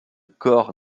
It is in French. cor